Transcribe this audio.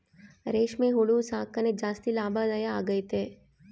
ರೇಷ್ಮೆ ಹುಳು ಸಾಕಣೆ ಜಾಸ್ತಿ ಲಾಭದಾಯ ಆಗೈತೆ